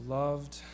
loved